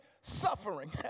Suffering